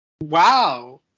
Wow